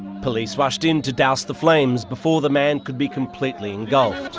police rushed in to douse the flames before the man could be completely engulfed.